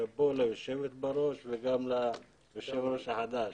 שאפו ליושבת בראש וגם ליושב-ראש החדש.